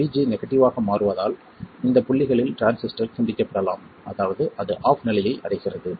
VG negative ஆக மாறுவதால் இந்த புள்ளிகளில் டிரான்சிஸ்டர் துண்டிக்கப்படலாம் அதாவது அது ஆஃப் நிலையை அடைகிறது